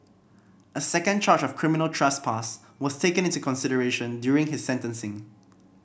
a second charge of criminal trespass was taken into consideration during his sentencing